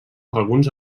alguns